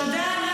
תודה.